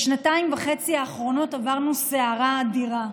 בשנתיים וחצי האחרונות עברנו סערה אדירה,